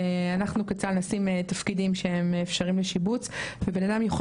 אנחנו כצה"ל נשים תפקידים שהם אפשריים לשיבוץ ובנאדם יוכל